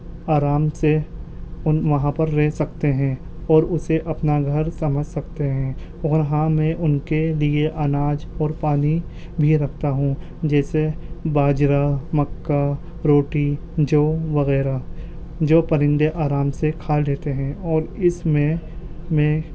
آرام سے ان وہاں پر رہ سکتے ہیں اور اسے اپنا گھر سمجھ سکتے ہیں اور ہاں میں ان کے لئے اناج اور پانی بھی رکھتا ہوں جیسے باجرہ مکا روٹی جو وغیرہ جو پرندے آرام سے کھا لیتے ہیں اور اس میں میں